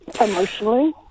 emotionally